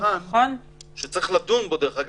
המבחן שצריך לדון בו שצריך לדון בו, דרך אגב,